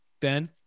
ben